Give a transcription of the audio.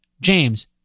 James